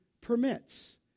permits